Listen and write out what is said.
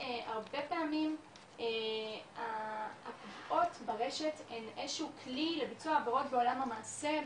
הרבה פעמים הפגיעות ברשת הן איזה שהוא כלי לביצוע עבירות בעולם המעשה,